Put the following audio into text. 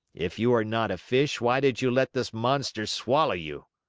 if you are not a fish, why did you let this monster swallow you?